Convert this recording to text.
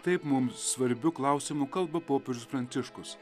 taip mums svarbiu klausimu kalba popiežius pranciškus